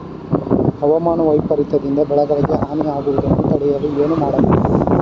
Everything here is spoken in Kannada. ಹವಾಮಾನ ವೈಪರಿತ್ಯ ದಿಂದ ಬೆಳೆಗಳಿಗೆ ಹಾನಿ ಯಾಗುವುದನ್ನು ತಡೆಯಲು ಏನು ಮಾಡಬೇಕು?